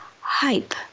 hype